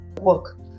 work